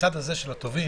בצד הזה של הטובים,